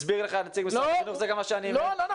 הסביר לך נציג משרד החינוך וזה גם מה שאני --- שהוא